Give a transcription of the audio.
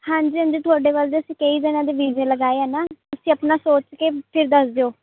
ਹਾਂਜੀ ਹਾਂਜੀ ਤੁਹਾਡੇ ਵੱਲ ਦੇ ਅਸੀਂ ਕਈ ਜਣਿਆਂ ਦੇ ਵੀਜ਼ੇ ਲਗਾਏ ਹੈ ਨਾ ਤੁਸੀਂ ਆਪਣਾ ਸੋਚ ਕੇ ਫਿਰ ਦੱਸ ਦਿਓ